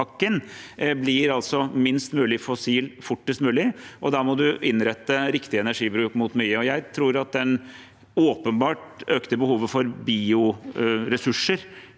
energipakken blir minst mulig fossil fortest mulig, og da må man innrette riktig energibruk mot mye. Jeg tror at det åpenbart økte behovet for bioressurser